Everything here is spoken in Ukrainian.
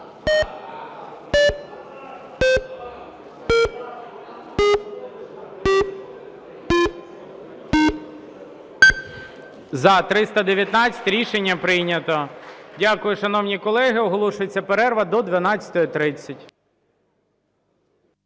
За-319 Рішення прийнято. Дякую, шановні колеги. Оголошується перерва до 12:30.